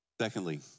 Secondly